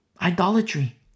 Idolatry